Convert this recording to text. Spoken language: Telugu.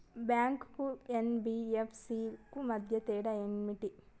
బ్యాంక్ కు ఎన్.బి.ఎఫ్.సి కు మధ్య తేడా ఏమిటి?